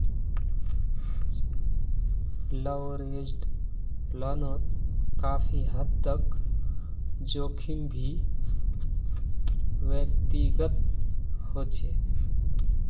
leveraged लोनोत काफी हद तक जोखिम भी व्यक्तिगत होचे